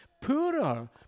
poorer